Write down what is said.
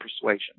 persuasion